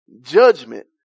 judgment